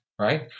Right